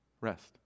Rest